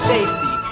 Safety